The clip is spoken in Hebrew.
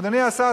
אדוני השר,